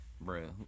bro